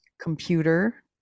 computer